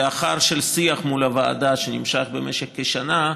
לאחר שיח עם הוועדה, שנמשך כשנה,